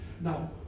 Now